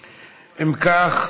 אם כך,